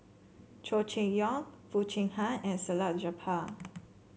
Chow Chee Yong Foo Chee Han and Salleh Japar